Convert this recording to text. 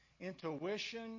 intuition